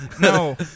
No